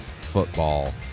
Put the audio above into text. football